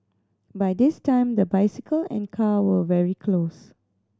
by this time the bicycle and car were very close